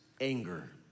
anger